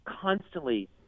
constantly